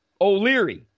O'Leary